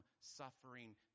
suffering